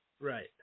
right